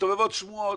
מסתובבות שמועות,